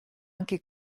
anche